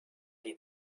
die